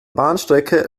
bahnstrecke